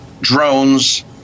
drones